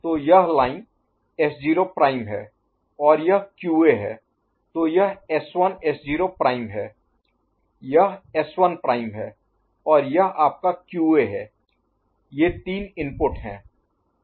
तो यह line S0 prime है और यह QA है तो यह S1 S0 प्राइम है यह S1 प्राइम है और यह आपका QA है ये तीन इनपुट हैं